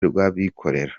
rw’abikorera